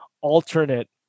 alternate